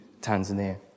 Tanzania